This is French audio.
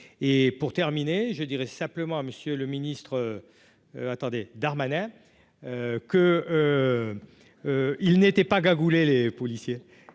et pour terminer, je dirais simplement à monsieur le Ministre. Attendez Darmanin que ils n'étaient pas cagoulés, les policiers,